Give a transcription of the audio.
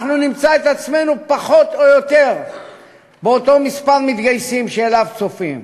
אנחנו נמצא את עצמנו פחות או יותר באותו מספר מתגייסים שצופים.